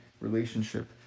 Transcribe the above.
relationship